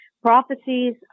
Prophecies